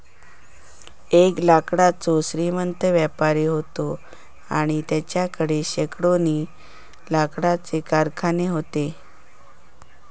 एक लाकडाचो श्रीमंत व्यापारी व्हतो आणि तेच्याकडे शेकडोनी लाकडाचे कारखाने व्हते